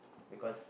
because